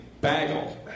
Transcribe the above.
bagel